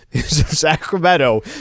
Sacramento